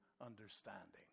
understanding